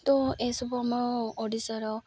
ତ ଏସବୁ ଆମ ଓଡ଼ିଶାର